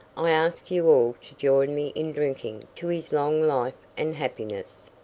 i ask you all to join me in drinking to his long life and happiness.